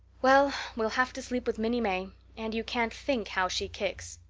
well, we'll have to sleep with minnie may and you can't think how she kicks.